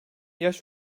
yaş